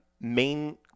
main